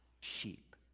sheep